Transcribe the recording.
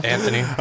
Anthony